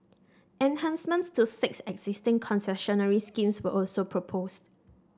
enhancements to six existing concessionary schemes were also proposed